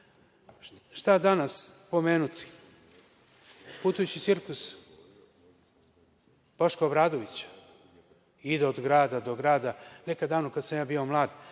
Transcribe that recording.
danas pomenuti? Putujući cirkus Boška Obradovića ide od grada do grada. Nekada davno, kada sam ja bio mlad,